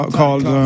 called